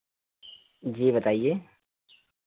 जी बताइए